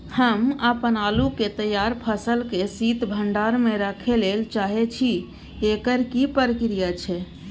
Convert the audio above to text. हम अपन आलू के तैयार फसल के शीत भंडार में रखै लेल चाहे छी, एकर की प्रक्रिया छै?